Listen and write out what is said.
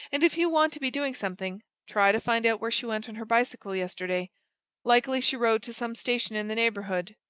and if you want to be doing something, try to find out where she went on her bicycle yesterday likely, she rode to some station in the neighbourhood,